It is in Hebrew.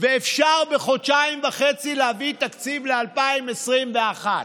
אפשר להביא בחודשיים וחצי תקציב ל-2021.